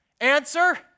Answer